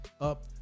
up